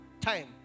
time